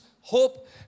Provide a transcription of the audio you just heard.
hope